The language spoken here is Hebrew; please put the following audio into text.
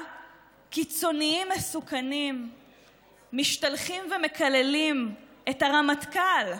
קיצונים מסוכנים משתלחים ומקללים את הרמטכ"ל,